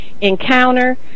encounter